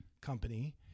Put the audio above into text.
company